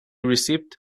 received